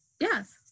yes